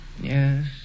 Yes